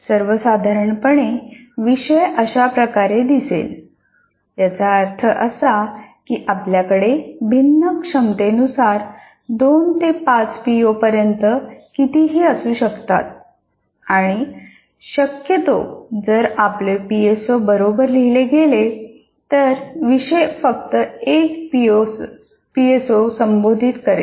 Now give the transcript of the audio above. सर्वसाधारणपणे विषय अशा प्रकारे दिसेल याचा अर्थ असा की आपल्याकडे भिन्न क्षमतेनुसार 2 ते 5 पीओ पर्यंत कितीही असू शकतात आणि शक्यतो जर आपले पीएसओ बरोबर लिहिले गेले तर विषय फक्त एक पीएसओ संबोधित करेल